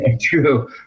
True